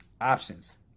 options